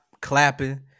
Clapping